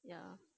ya